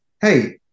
hey